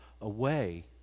away